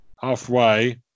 Halfway